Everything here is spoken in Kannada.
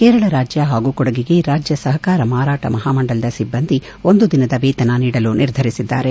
ಕೇರಳ ರಾಜ್ಯ ಹಾಗೂ ಕೊಡಗಿಗೆ ರಾಜ್ಯ ಸಹಕಾರ ಮಾರಾಟ ಮಹಾಮಂಡಳದ ಸಿಬ್ಲಂದಿ ಒಂದು ದಿನದ ವೇತನ ನೀಡಲು ನಿರ್ಧರಿಸಿದ್ಲಾರೆ